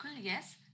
yes